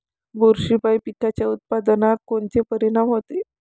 बुरशीपायी पिकाच्या उत्पादनात कोनचे परीनाम होते?